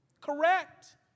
Correct